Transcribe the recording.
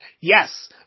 Yes